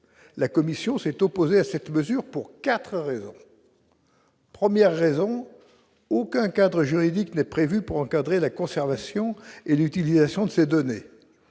la commission s'est opposée à cette mesure pour 4 raisons. Premières raison aucun cadre juridique n'est prévu pour encadrer la conservation et l'utilisation de ces données,